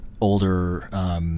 older